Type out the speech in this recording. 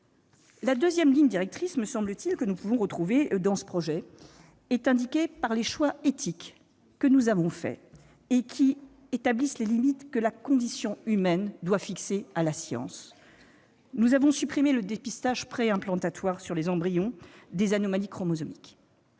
La deuxième ligne directrice que nous pouvons retrouver dans ce projet est constituée par les choix éthiques que nous avons arrêtés, qui établissent les limites que la condition humaine doit fixer à la science. Ainsi, nous avons supprimé le dépistage préimplantatoire, sur les embryons, des anomalies chromosomiques.